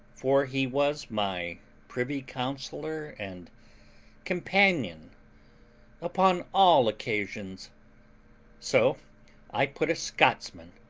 for he was my privy counsellor and companion upon all occasions so i put a scotsman,